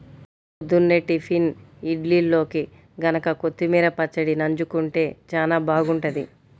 పొద్దున్నే టిఫిన్ ఇడ్లీల్లోకి గనక కొత్తిమీర పచ్చడి నన్జుకుంటే చానా బాగుంటది